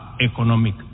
economic